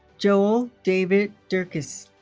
joel david durkes